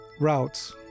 routes